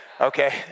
Okay